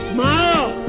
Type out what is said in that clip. Smile